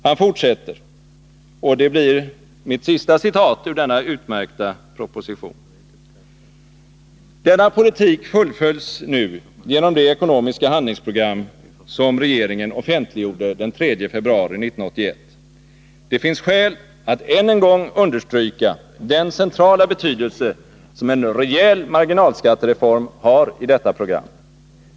Han fortsätter — och det blir mitt sista citat ur denna utmärkta proposition: ”Denna politik fullföljs nu genom det ekonomiska handlingsprogram som regeringen offentliggjorde den 3 februari 1981. - Det finns skäl att än en gång understryka den centrala betydelse som en rejäl marginalskattereform har i detta program.